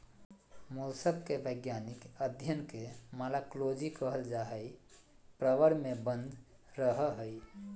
mollusc के वैज्ञानिक अध्यन के मालाकोलोजी कहल जा हई, प्रवर में बंद रहअ हई